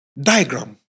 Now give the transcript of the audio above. diagram